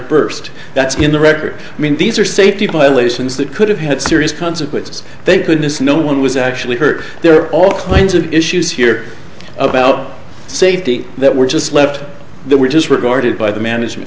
burst that's in the record i mean these are safety violations that could have had serious consequences they could miss no one was actually hurt there are all claims of issues here about safety that were just left that were just regarded by the management